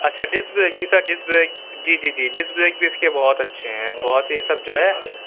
اچھا desk break جی sir desk break جی جی جی ڈیسک بریک بھی اس کے بہت اچھے ہیں بہت ہی سب جو ہے